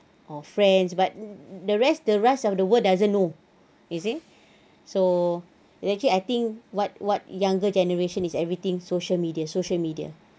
oh friends but the rest the rest of the world doesn't know you see so is actually I think what what younger generation is everything social media social media